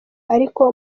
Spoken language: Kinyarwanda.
ariko